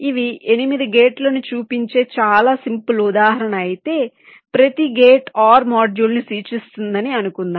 ఇవి 8 గేట్లను చూపించే చాలా సింపుల్ ఉదాహరణ అయితే ప్రతి గేట్ OR మాడ్యూల్ను సూచిస్తుందని అనుకుందాం